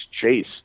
chase